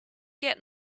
get